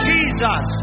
Jesus